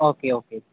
okay okay